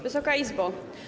Wysoka Izbo!